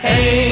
Hey